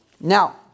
Now